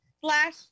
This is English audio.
slash